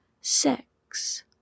Sex